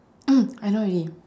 I know already